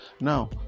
Now